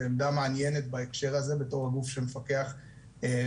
זו עמדה מעניינת בהקשר הזה בתור הגוף שמפקח ואוכף.